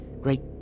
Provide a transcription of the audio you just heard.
great